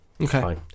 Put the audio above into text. Okay